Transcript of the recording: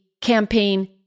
campaign